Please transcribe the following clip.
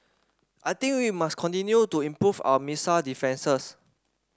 I think we must continue to improve our missile defences